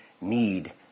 need